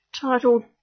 titled